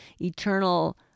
eternal